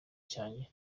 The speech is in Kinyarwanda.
cyanjye